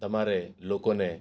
તમારે લોકોને